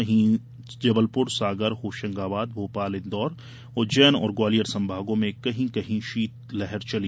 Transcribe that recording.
वहीं जबलप्र सागर होशंगाबाद भोपाल इंदौर उज्जैन और ग्वालियर संभागों में कहीं कहीं शीतलहर चली